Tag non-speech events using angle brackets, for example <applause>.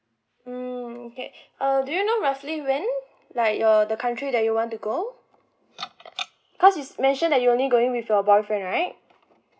mm okay <breath> uh do you know roughly when like your the country that you want to go cause it's mention that you only going with your boyfriend right